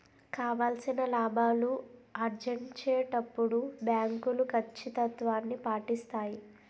కావాల్సిన లాభాలు ఆర్జించేటప్పుడు బ్యాంకులు కచ్చితత్వాన్ని పాటిస్తాయి